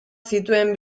zituen